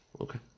okay